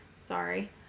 Sorry